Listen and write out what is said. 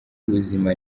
ubuzima